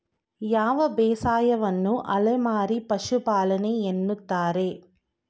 ಯಾವ ಬೇಸಾಯವನ್ನು ಅಲೆಮಾರಿ ಪಶುಪಾಲನೆ ಎನ್ನುತ್ತಾರೆ?